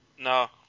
No